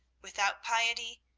without piety,